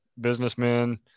businessmen